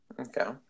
Okay